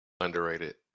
Underrated